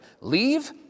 leave